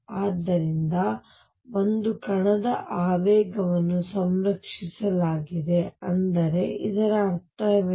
ಆದ್ದರಿಂದ ಒಂದು ಕಣದ ಆವೇಗವನ್ನು ಸಂರಕ್ಷಿಸಲಾಗಿದೆ ಅಂದರೆ ಇದರ ಅರ್ಥವೇನು